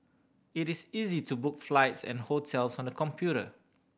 it is easy to book flights and hotels on the computer